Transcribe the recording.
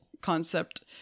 concept